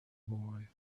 boy